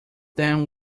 them